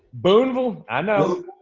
boonville, i know.